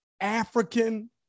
African